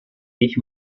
ich